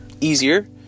easier